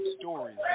stories